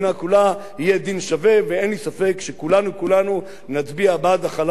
אין לי ספק שכולנו כולנו נצביע בעד החלת החוק על היישובים היהודיים.